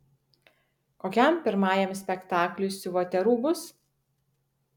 kokiam pirmajam spektakliui siuvote rūbus